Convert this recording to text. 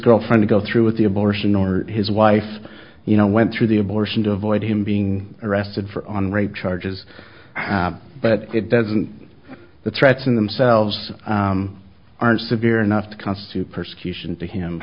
girlfriend to go through with the abortion or his wife you know went through the abortion to avoid him being arrested for on rape charges but it doesn't the threats in themselves aren't severe enough to constitute persecution to him